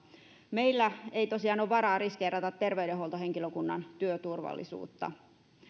meillä ei tosiaan ole varaa riskeerata terveydenhuoltohenkilökunnan työturvallisuutta